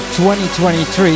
2023